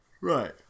Right